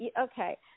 okay